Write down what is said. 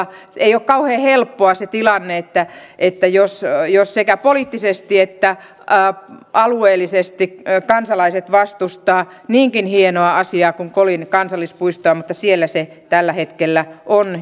ei ole kauhean helppo se tilanne jos sekä poliittisesti että alueellisesti kansalaiset vastustavat niinkin hienoa asiaa kuin kolin kansallispuistoa mutta siellä se tällä hetkellä on ja voi hyvin